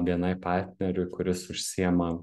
bni partneriui kuris užsiema